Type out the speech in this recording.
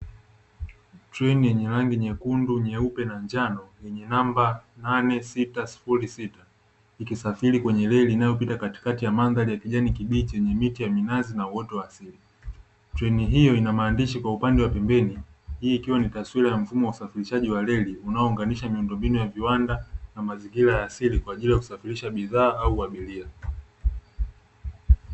Treni yenye rangi, nyekundu, nyeupe na njano yenye namba nane, sita, sifuri, sita ikisafiri kwenye reli inayopita katikati ya mandhari ya kijani kibichi yenye miti ya minazi na uoto wa asili. Treni hiyo ina maandishi kwa upande wa pembeni, hii ikiwa ni taswira ya mfumo wa usafirishaji wa reli unaounganisha miundo mbinu ya viwanda na mazingira ya asili kwa ajili ya kusafirsha bidhaa au abiria.